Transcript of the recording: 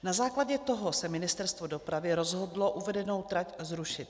Na základě toho se Ministerstvo dopravy rozhodlo uvedenou trať zrušit.